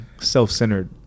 self-centered